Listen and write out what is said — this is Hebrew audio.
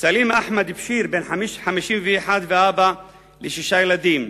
סלים אחמד בדיר, בן 51 ואבא לשישה ילדים,